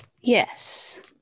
Yes